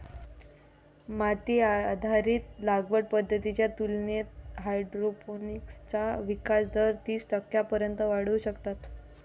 माती आधारित लागवड पद्धतींच्या तुलनेत हायड्रोपोनिक्सचा विकास दर तीस टक्क्यांपर्यंत वाढवू शकतात